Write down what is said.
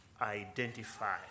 identify